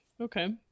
Okay